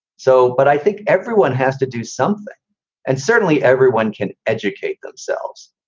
so but i think everyone has to do something and certainly everyone can educate themselves.